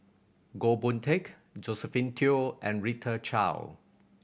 Goh Boon Teck Josephine Teo and Rita Chao